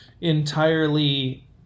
entirely